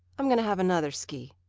i'm going to have another ski.